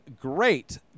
great